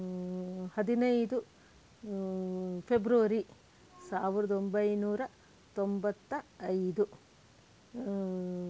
ಹದಿನೈದು ಫೆಬ್ರುವರಿ ಸಾವಿರದ ಒಂಬೈನೂರ ತೊಂಬತ್ತ ಐದು